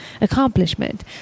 accomplishment